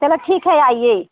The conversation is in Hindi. चलो ठीक है आइए